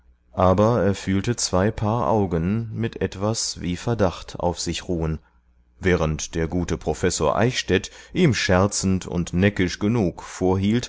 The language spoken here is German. aber er fühlte zwei paar augen mit etwas wie verdacht auf sich ruhen während der gute professor eichstädt ihm scherzend und neckisch genug vorhielt